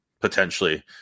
potentially